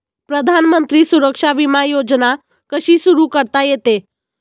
प्रधानमंत्री सुरक्षा विमा योजना कशी सुरू करता येते?